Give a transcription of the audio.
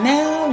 Now